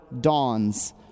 dawns